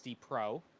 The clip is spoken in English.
pro